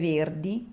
Verdi